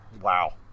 Wow